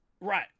right